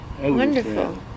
Wonderful